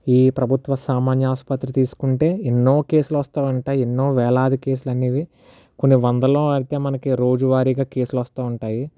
ఈ ప్రభుత్వ సామాన్య ఆసుపత్రి తీసుకుంటే ఎన్నో కేసులు వస్తా ఉంటాయి ఎన్నో వేలాది కేసులు అనేవి కొన్ని వందల్లో అయితే మనకి రోజువారిగా కేసులు వస్తూ ఉంటాయి